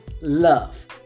love